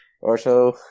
Orso